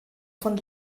von